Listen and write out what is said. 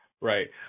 Right